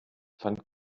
fand